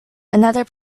another